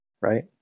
right